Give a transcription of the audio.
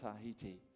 Tahiti